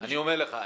אני אומר לך,